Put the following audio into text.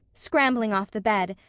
scrambling off the bed,